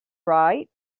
right